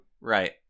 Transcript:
Right